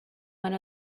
one